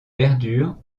verdure